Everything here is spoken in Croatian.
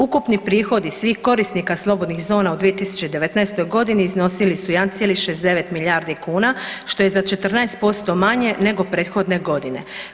Ukupni prihodi svih korisnika slobodnih zona u 2019. g. iznosili su 1,69 milijardi kuna što je za 14% manje nego prethodne godine.